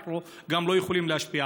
אנחנו גם לא יכולים להשפיע.